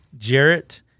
Jarrett